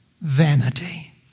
Vanity